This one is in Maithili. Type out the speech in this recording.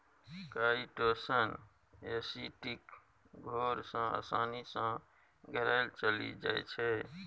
काइटोसन एसिडिक घोर मे आसानी सँ घोराएल चलि जाइ छै